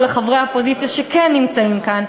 או לחברי האופוזיציה שכן נמצאים כאן,